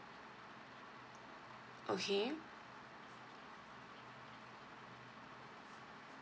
okay